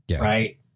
Right